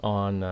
on